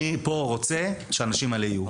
אני פה רוצה שהאנשים האלה יהיו.